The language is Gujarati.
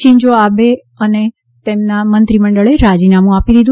શિંજો આબે અને તેમના મંત્રીમંડળે રાજીનામું આપી દીધું છે